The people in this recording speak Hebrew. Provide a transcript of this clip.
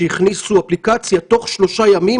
כשהכניסו אפליקציה תוך שלושה ימים,